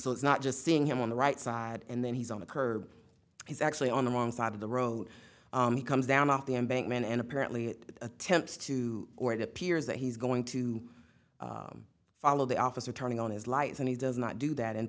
so it's not just seeing him on the right side and then he's on the curb he's actually on the wrong side of the road he comes down off the embankment and apparently attempts to or it appears that he's going to follow the officer turning on his lights and he does not do that and